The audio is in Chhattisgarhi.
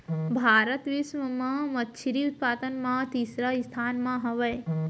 भारत बिश्व मा मच्छरी उत्पादन मा तीसरा स्थान मा हवे